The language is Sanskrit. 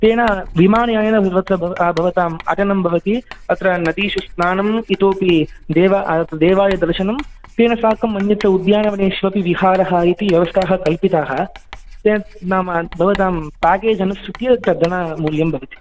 तेन विमानयानेन सर्वत्र भव भवताम् अटनं भवति अत्र नदीषु स्नानम् इतोपि देव देवालयदर्शनं तेन साकम् अन्यत्र उद्यानवनेष्वपि विहारः इति व्यवस्थाः कल्पिताः अन्यद् नाम भवतां पेकेज् अनुसृत्य च धनं मूल्यं भवति